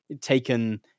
taken